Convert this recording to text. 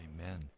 Amen